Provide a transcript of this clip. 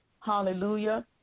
hallelujah